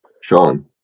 Sean